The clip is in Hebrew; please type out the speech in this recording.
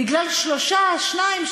בגלל שניים,